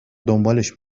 دنبالش